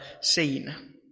seen